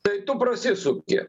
tai tu prasisuki